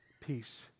peace